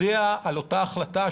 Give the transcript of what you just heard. יודע על אותה החלטה,